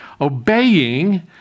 Obeying